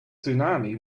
tsunami